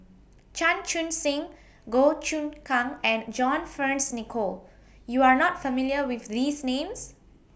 Chan Chun Sing Goh Choon Kang and John Fearns Nicoll YOU Are not familiar with These Names